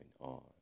on